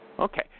Okay